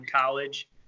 college